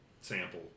sample